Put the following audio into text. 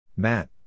Matt